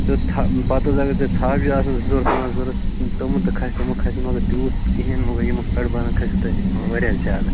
ژٕ تھاو پَتہٕ حظ اَگر تۄہہِ ژھاوجہِ آسنو زٕ ژور پانٛژھ ضروٗرت تِمَن تہِ کھَسہِ تِمَن کھَسہِ نہٕ مگر تیٛوٗت کِہیٖنٛۍ وۅنۍ گوٚو یِمَن کَٹہٕ کھَسٮ۪و تۄہہِ واریاہ زیادٕ